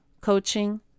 coaching